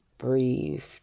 Breathe